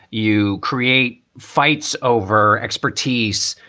you create fights over expertise.